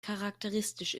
charakteristisch